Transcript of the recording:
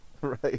Right